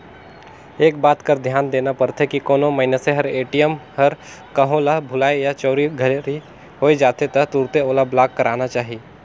एक बात कर धियान देना परथे की कोनो मइनसे हर ए.टी.एम हर कहों ल भूलाए या चोरी घरी होए जाथे त तुरते ओला ब्लॉक कराना चाही